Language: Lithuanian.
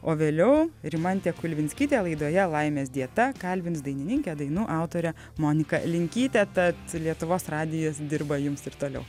o vėliau rimantė kulvinskytė laidoje laimės dieta kalbins dainininkę dainų autorę moniką linkytę tad lietuvos radijas dirba jums ir toliau